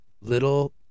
little